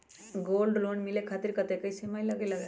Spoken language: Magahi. गोल्ड ऋण मिले खातीर कतेइक समय लगेला?